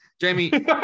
Jamie